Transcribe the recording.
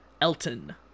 Elton